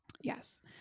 Yes